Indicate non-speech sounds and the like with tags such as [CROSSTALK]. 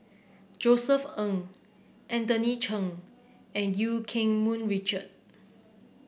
[NOISE] Josef Ng Anthony Chen and Eu Keng Mun Richard